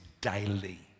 daily